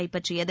கைப்பற்றியது